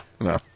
No